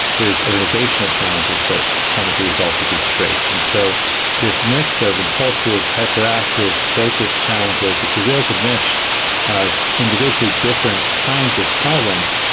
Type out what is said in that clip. there's organisational challenges that come as a result of these traits. and so this mix of impulsive, hyperactive, focus challenges, it's a real gemisch of individually different kinds of problems.